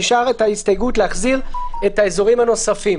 נשארה ההסתייגות: להחזיר את האזורים הנוספים.